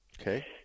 Okay